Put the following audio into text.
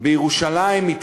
התחילה בירושלים,.